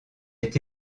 est